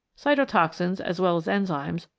cyto toxins, as well as enzymes,